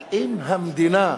אבל אם המדינה,